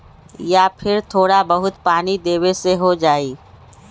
या फिर थोड़ा बहुत पानी देबे से हो जाइ?